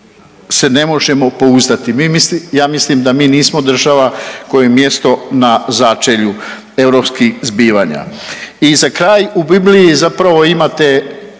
se ne možemo pouzdati. Ja mislim da mi nismo država kojoj je mjesto na začelju europskih zbivanja. I za kraj u Bibliji zapravo imate